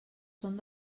són